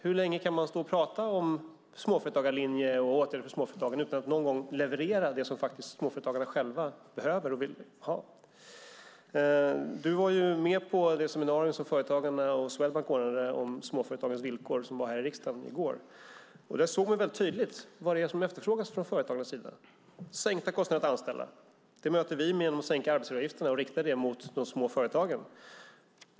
Hur länge kan man stå och tala om småföretagarlinjen och åtgärder för småföretagare utan att leverera det som småföretagarna faktiskt behöver och vill ha? Per Åsling var med på det seminarium som Företagarna och Swedbank anordnade om småföretagarnas villkor och som hölls här i riksdagen i går. Då såg vi tydligt vad som efterfrågas från företagarnas sida. Det är sänkta kostnader för att anställa. Det möter vi genom att sänka arbetsgivaravgifterna och rikta det mot de små företagen.